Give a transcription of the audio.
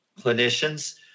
clinicians